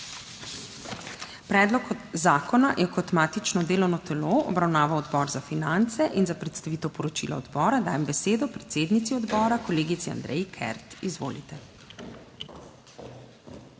Predlog zakona je kot matično delovno telo obravnaval Odbor za finance in za predstavitev poročila odbora dajem besedo predsednici odbora, kolegici Andreji Kert. Izvolite.